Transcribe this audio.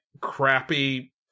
crappy